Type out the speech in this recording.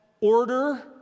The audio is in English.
order